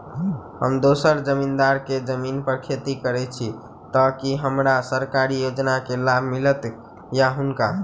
हम दोसर जमींदार केँ जमीन पर खेती करै छी तऽ की हमरा सरकारी योजना केँ लाभ मीलतय या हुनका?